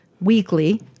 weekly